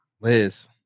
Liz